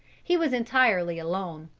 he was entirely alone.